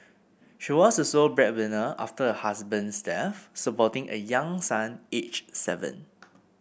she was the sole breadwinner after her husband's death supporting a young son aged seven